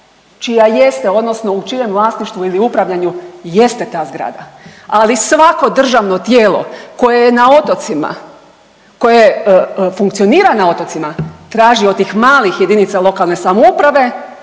čija jeste odnosno u čijem vlasništvu ili upravljanju jeste ta zgrada. Ali svako državno tijelo koje je na otocima, koje funkcionira na otocima traži od tih malih jedinica lokalne samouprave